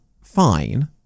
fine